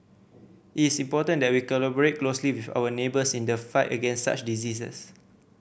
it is important that we collaborate closely with our neighbours in the fight against such diseases